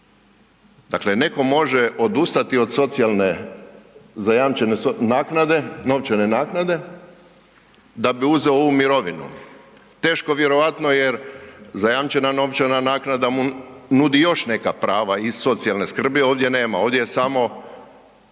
Dakle netko može odustati od socijalne, zajamčene naknade, novčane naknade, da bi uzeo ovu mirovinu. Teško vjerojatno jer zajamčena novčana naknada mu nudi još neka prava iz socijalne skrbi, ovdje nema, ovdje je samo